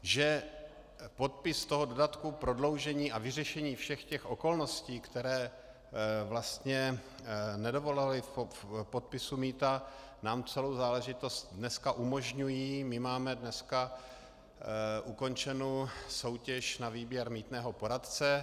Že podpis toho dodatku, prodloužení a vyřešení všech těch okolností, které vlastně nedovolovaly podpisu mýta, nám celou záležitost dneska umožňují, my máme dneska ukončenu soutěž na výběr mýtného poradce.